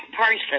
person